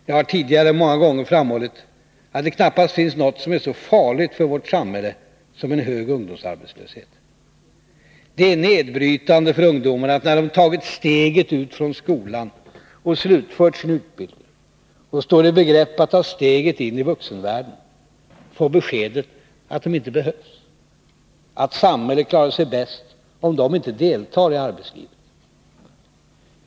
Jag har tidigare många gånger framhållit att det knappast finns något som är så farligt för vårt samhälle som en hög ungdomsarbetslöshet. Det är nedbrytande för ungdomarna att, när de tagit steget ut från skolan och slutfört sin utbildning och står i begrepp att ta steget in i vuxenvärlden, få beskedet att de inte behövs, att samhället klarar sig bäst om de inte deltar i arbetslivet.